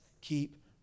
keep